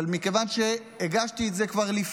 אבל מכיוון שכבר הגשתי את זה לפני,